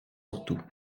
surtout